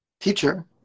teacher